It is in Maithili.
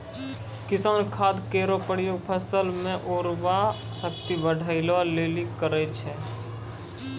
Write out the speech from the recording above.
किसान खाद केरो प्रयोग फसल म उर्वरा शक्ति बढ़ाय लेलि करै छै